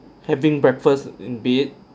having breakfast in bed